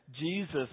Jesus